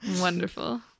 Wonderful